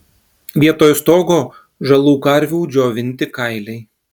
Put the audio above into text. vietoj stogo žalų karvių džiovinti kailiai